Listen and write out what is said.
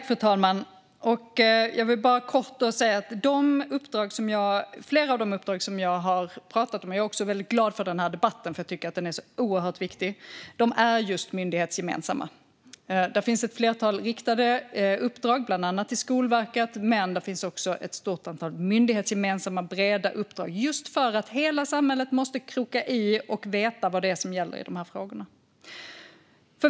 Fru talman! Jag vill bara kort säga att flera av de uppdrag som jag har pratat om - jag är också väldigt glad för denna debatt, för jag tycker att den är oerhört viktig - är just myndighetsgemensamma. Det finns ett flertal riktade uppdrag, bland annat till Skolverket, men det finns också ett stort antal myndighetsgemensamma breda uppdrag just för att hela samhället måste kroka i och veta vad det är som gäller i dessa frågor.